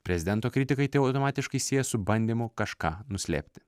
prezidento kritikai tai automatiškai sieja su bandymu kažką nuslėpti